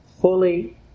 fully